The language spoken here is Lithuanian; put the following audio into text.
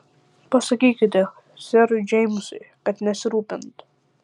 pasakykite serui džeimsui kad nesirūpintų